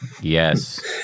Yes